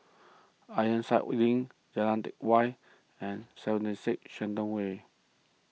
Ironside Link Jalan Teck Whye and seventy six Shenton Way